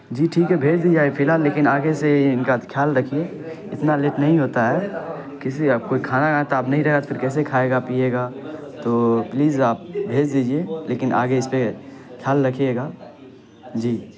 جی ٹھیک ہے بھیج دی جائے فی الحال لیکن آگے سے ان کا خیال رکھیے اتنا لیٹ نہیں ہوتا ہے کسی اب کوئی کھانا نا تو اب نہیں رہے تو پھر کیسے کھائے گا پیے گا تو پلیز آپ بھیج دیجیے لیکن آگے اس پہ خیال رکھیے گا جی